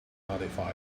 notified